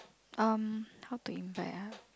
um how to invite ah